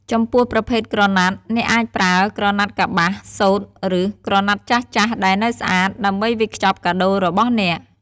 ចំពោះប្រភេទក្រណាត់ អ្នកអាចប្រើ ក្រណាត់កប្បាស សូត្រ ឬ ក្រណាត់ចាស់ៗដែលនៅស្អាត ដើម្បីវេចខ្ចប់កាដូររបស់អ្នក។